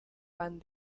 pan